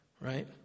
right